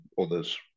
others